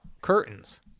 curtains